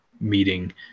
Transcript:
meeting